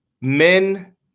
men